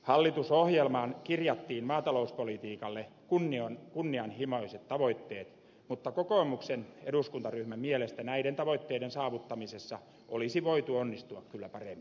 hallitusohjelmaan kirjattiin maatalouspolitiikalle kunnianhimoiset tavoitteet mutta kokoomuksen eduskuntaryhmän mielestä näiden tavoitteiden saavuttamisessa olisi voitu onnistua kyllä paremminkin